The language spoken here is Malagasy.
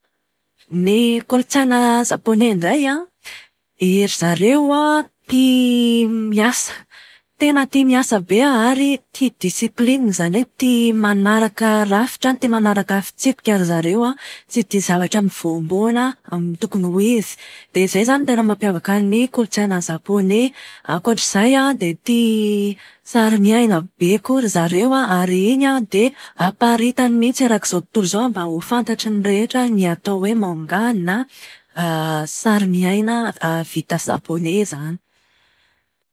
Ny kolotsaina zapone indray an, iry zareo an tia miasa. Tena tia miasa be ary tia disiplinina izany hoe tia manaraka rafitra, tia manaraka fitsipika ry zareo an, tsy tia zavatra mivoamboana amin'ny tokony ho izy. Dia izay izany no tena mampiavaka ny kolotsaina zapone. Ankoatr'izay an, dia tia sarimiaina be koa ry zareo an, ary iny an dia aparitany mihitsy erak'izao tontolo izao mba ho fantatry ny rehetra ny atao hoe manga na sarimiaina vita zapone izany.